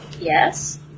yes